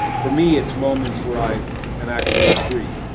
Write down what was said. for me it's moments where i am actually free.